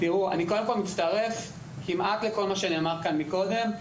קודם כול, אני מצטרף כמעט לכל מה שנאמר כאן קודם.